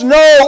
no